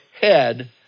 head